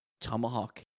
Tomahawk